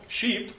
sheep